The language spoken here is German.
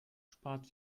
spart